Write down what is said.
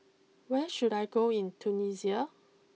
where should I go in Tunisia